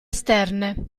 esterne